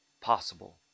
possible